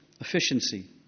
efficiency